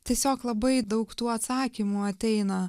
tiesiog labai daug tų atsakymų ateina